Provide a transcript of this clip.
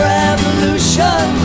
revolution